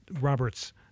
Roberts